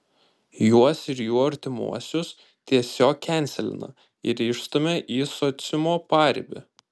juos ir jų artimuosius tiesiog kenselina ir išstumia į sociumo paribį